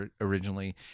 originally